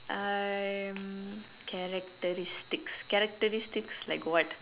um characteristics characteristics like what